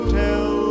tell